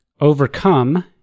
Overcome